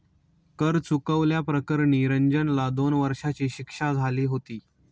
कर चुकवल्या प्रकरणी रंजनला दोन वर्षांची शिक्षा झाली होती